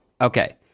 Okay